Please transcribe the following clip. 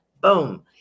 Boom